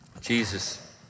Jesus